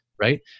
right